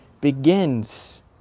begins